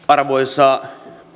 arvoisa